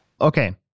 Okay